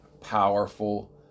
powerful